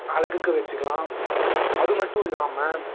அழகுக்கு வச்சுக்கலாம் அதுமட்டும் இல்லாமல்